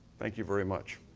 thank you very much.